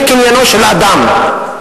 היא קניינו של אדם.